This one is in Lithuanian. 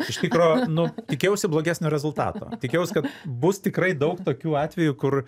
iš tikro nu tikėjausi blogesnio rezultato tikėjaus kad bus tikrai daug tokių atvejų kur